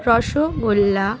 rasgulla